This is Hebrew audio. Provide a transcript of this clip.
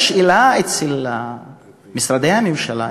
השאלה אצל משרדי הממשלה,